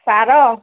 ସାର